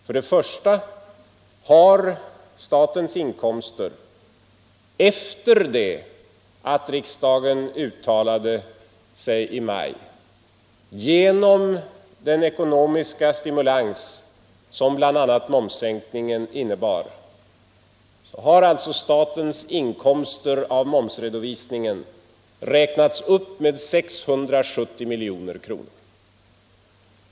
För det första har statens inkomster, efter det att riksdagen uttalade sig i maj, genom den ekonomiska stimulans som bl.a. momssänkningen innebar räknats upp med 670 miljoner kronor.